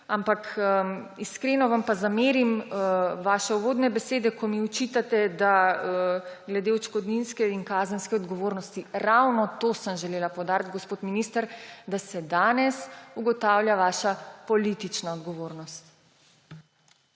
Iskreno vam pa zamerim vaše uvodne besede, ko mi očitate glede odškodninske in kazenske odgovornosti. Ravno to sem želela poudariti, gospod minister – da se danes ugotavlja vaša politična odgovornost.